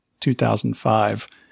2005